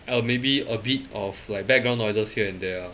or maybe a bit of like background noises here and there ah